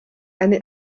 eine